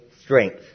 strength